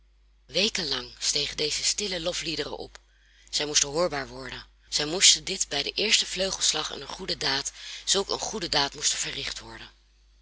lang stegen deze stille lofliederen op zij moesten hoorbaar worden zij moesten dit bij den eersten vleugelslag eener goede daad zulk een goede daad moest er verricht worden